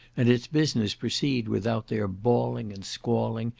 and its business proceed without their bawling and squalling,